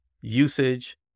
usage